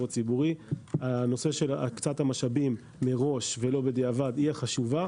הציבורי הקצאת המשאבים מראש ולא בדיעבד היא החשובה.